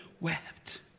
wept